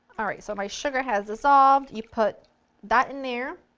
alright so my sugar has dissolved, you put that in there,